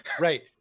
Right